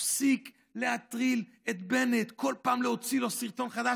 תפסיק להטריל את בנט, כל פעם להוציא לו סרטון חדש.